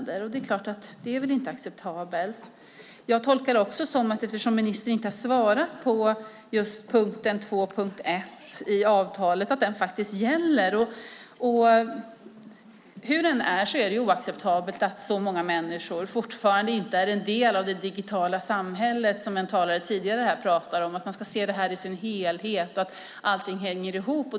Det är klart att det inte är acceptabelt. Jag tolkar det också som att punkt 2.1 i avtalet faktiskt gäller eftersom ministern inte har svarat på frågan om den. Hur som helst är det faktiskt oacceptabelt att så många människor fortfarande inte är en del av det digitala samhället. En tidigare talare här pratade om att man ska se det här i sin helhet och att allting hänger ihop.